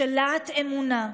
של להט אמונה,